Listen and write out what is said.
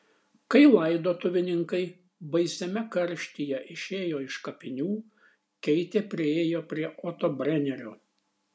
kai laidotuvininkai baisiame karštyje išėjo iš kapinių keitė priėjo prie oto brenerio